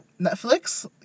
Netflix